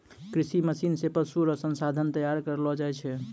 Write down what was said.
कृषि मशीन से पशु रो संसाधन तैयार करलो जाय छै